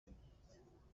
hin